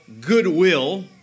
goodwill